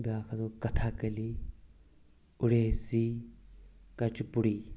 بیٛاکھ ہَسا کَتھَکٔلی اُڈیسی کَچ پُڈی